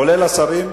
כולל השרים,